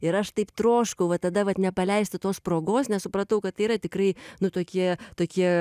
ir aš taip troškau va tada vat nepaleisti tos progos nes supratau kad tai yra tikrai nu tokie tokie